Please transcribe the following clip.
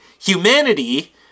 humanity